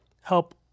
help